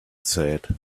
said